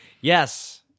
Yes